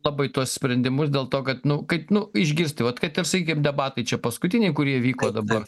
labai tuos sprendimus dėl to kad nu kaip nu išgirsti vat kad ir sakykim debatai čia paskutiniai kurie vyko dabar